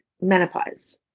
menopause